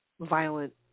violent